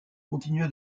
continua